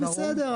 בסדר,